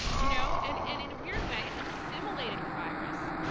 you know? and and in a weird way, assimilating the virus,